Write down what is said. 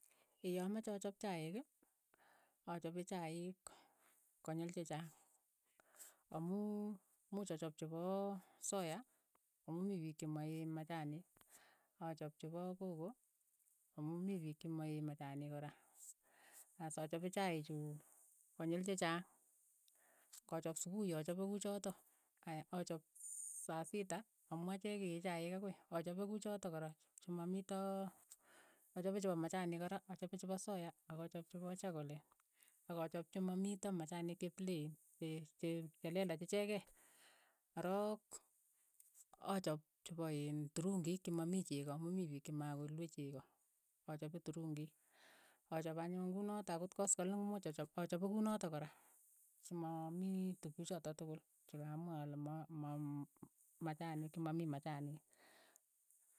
Eee amache achap chaik, achape chaik ko nyiil che chaang, amuu muuch achap chepo soya amu mii piik che ma machaniik, achap che po kokoo, amu mii piik che mo machaniik kora, as achape chaiik chu konyil che chaang, ka chap supuhi achape ku chotok, aya achap ss- saa sita amu achek ke chaik akoi, achape kuchotok kora, che ma miito achape chepo machaniik kora, achape che po soya ak achap che po chokolet, ak achap che mo miito machaniik che pilein. che- cheleelach ichekei, ko rook achap chepo iin turungiik che ma mii cheko, amu mii piik chema kolue cheko, achape turungiik, achap anyun kunotok akot koskoleny ko muuch achop, achope kunotok kora, che ma mii tukuchotok tokol, chu ka mwaa ale ma- ma machaniik che ma mii machaniik.